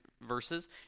verses